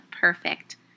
perfect